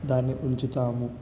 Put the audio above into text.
దాని ఉంచుతాము